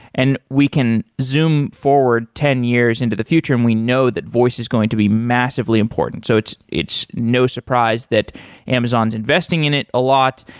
and we can zoom forward ten years into the future and we know that voice is going to be massively important. so it's it's no surprise that amazon is investing in it a lot,